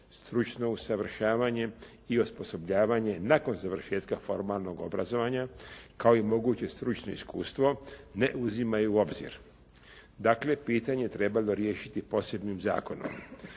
stručno usavršavanje i osposobljavanje nakon završetka formalnog obrazovanja kao i moguće stručno iskustvo ne uzimaju u obzir. Dakle, pitanje je trebalo riješiti posebnim zakonom.